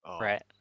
Right